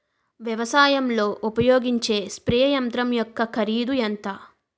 వ్యవసాయం లో ఉపయోగించే స్ప్రే యంత్రం యెక్క కరిదు ఎంత?